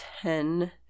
ten